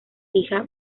hija